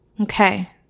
Okay